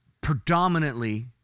predominantly